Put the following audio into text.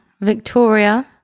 victoria